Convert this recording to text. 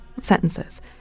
sentences